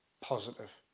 positive